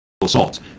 assaults